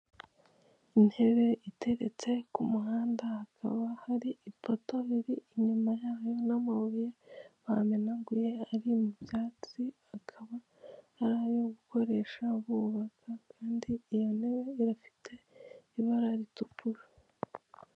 Intebe iteretse ku muhanda hakaba hari ipoto riri inyuma yayo n'amabuye bamenageye ari mu byatsi akaba ari ayo gukoresha bubaka kandi iyo ntebe ifite ibara ritukura.